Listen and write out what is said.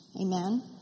Amen